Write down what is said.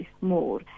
more